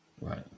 Right